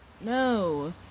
no